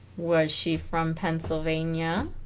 was she from pennsylvania